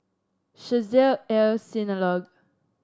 Chesed El Synagogue